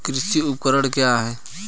कृषि उपकरण क्या है?